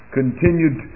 continued